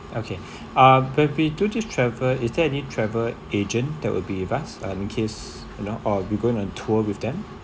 okay um when we do this travel is there any travel agent that will be with us um in case you know or we going to tour with them